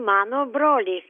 mano brolis